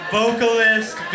vocalist